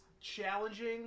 challenging